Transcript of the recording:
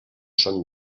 són